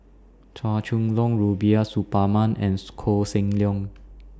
Chua Chong Long Rubiah Suparman and Koh Seng Leong